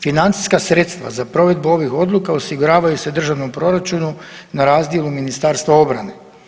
Financijska sredstva za provedbu ovih odluka osiguravaju se u državnom proračunu na razdjelu Ministarstva obrane.